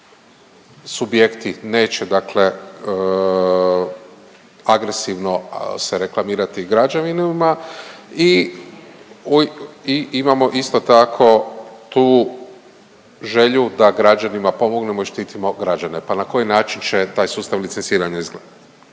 subjekti neće dakle agresivno se reklamirati građanima i imamo isto tako tu želju da građanima pomognemo i štitimo građane, pa na koji način će taj sustav licenciranja izgledati?